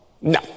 No